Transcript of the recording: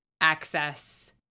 access